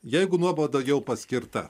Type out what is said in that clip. jeigu nuobauda jau paskirta